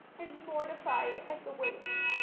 and mortified at the waste.